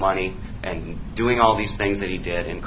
money and doing all these things that he did